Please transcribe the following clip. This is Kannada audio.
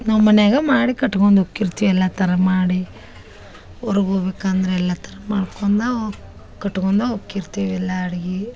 ನಾವು ಮನ್ಯಾಗ ಮಾಡಿ ಕಟ್ಕೊಂದ ಹೋಕಿರ್ತೀವಿ ಎಲ್ಲ ಥರ ಮಾಡಿ ಊರ್ಗ ಹೋಗ್ಬೇಕಂದ್ರ್ ಎಲ್ಲ ಥರ ಮಾಡ್ಕೊಂದ ಓ ಕಟ್ಕೊಂದು ಹೋಕಿರ್ತೀವಿ ಎಲ್ಲ ಅಡ್ಗಿ